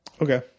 Okay